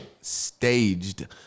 staged